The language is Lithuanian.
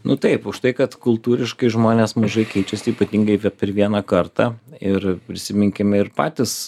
nu taip už tai kad kultūriškai žmonės mažai keičiasi ypatingai per vieną kartą ir prisiminkime ir patys